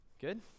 Good